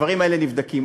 הדברים האלה נבדקים.